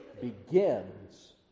begins